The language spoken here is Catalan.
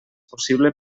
possible